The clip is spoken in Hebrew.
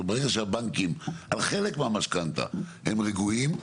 זאת אומרת ברגע שהבנקים על חלק מהמשכנתא הם רגועים,